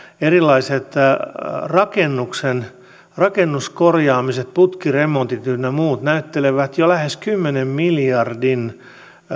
erilaiset rakennuskorjaamiset putkiremontit ynnä muut näyttelevät jo lähes kymmenen miljardin